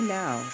now